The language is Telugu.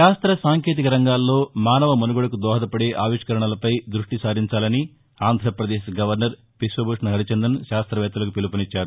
శాస్త్ర సాంకేతిక రంగాల్లో మానవ మనుగడకు దోహదపడే ఆవిష్కరణలపై దృష్టి సారించాలని ఆంధ్రప్రదేశ్ గవర్నర్ బిశ్వభూషణ్ హరిచందన్ శాస్త్రవేత్తలకు పిలుపునిచ్చారు